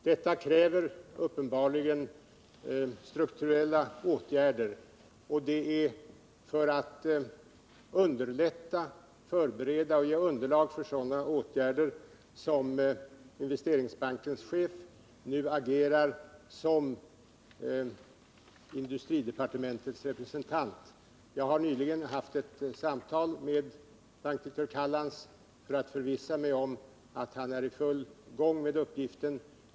Detta kräver uppenbarligen strukturella åtgärder, och det är för att underlätta, förbereda och ge underlag för sådana åtgärder som investeringsbankens chef nu agerar som industridepartementets representant. Jag har nyligen haft ett samtal med bankdirektör Callans för att förvissa mig om att han är i full gång med uppgiften.